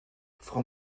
frau